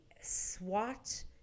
swat